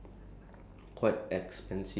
it's actually quite ex lah for like